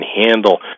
handle